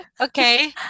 Okay